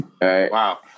Wow